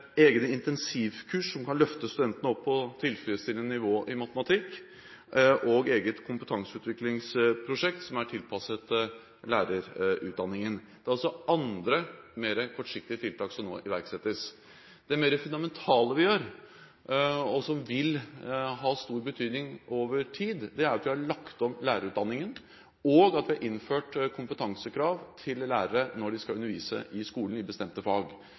egne intensivkurs som kan løfte studentene opp på tilfredsstillende nivå i matematikk og eget kompetanseutviklingsprosjekt som er tilpasset lærerutdanningen. Det er også andre mer kortsiktige tiltak som nå iverksettes. Det mer fundamentale vi gjør, og som vil ha stor betydning over tid, er at vi har lagt om lærerutdanningen, og at vi har innført kompetansekrav til lærerne når de skal undervise i skolen i bestemte fag.